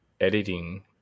editing –